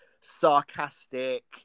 sarcastic